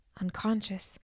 unconscious